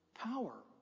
power